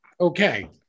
Okay